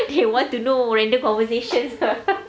they want to know random conversations